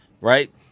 right